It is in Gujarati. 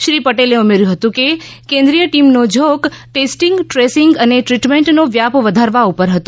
શ્રી પટેલે ઉમેર્યું હતું કે કેન્દ્રિય ટીમનો ઝોક ટેસ્ટિંગ ટ્રેસિંગ અને ટ્રીટમેન્ટનો વ્યાપ વધારવા ઉપર હતો